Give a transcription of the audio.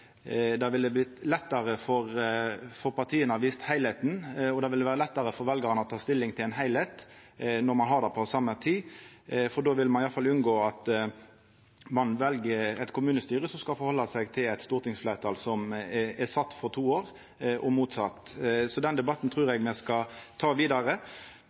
det ville vorte lettare for partia å visa ein heilskap, og det ville òg vorte lettare for veljarane å ta stilling til ein heilskap når ein har det på same tid, for då ville ein i alle fall unngå at ein vel eit kommunestyre som skal retta seg etter eit stortingsfleirtal som er valt for to år – og motsett. Den debatten trur eg me skal ta vidare.